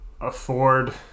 afford